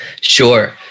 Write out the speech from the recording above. Sure